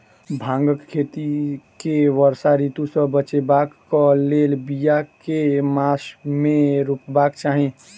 भांगक खेती केँ वर्षा ऋतु सऽ बचेबाक कऽ लेल, बिया केँ मास मे रोपबाक चाहि?